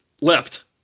left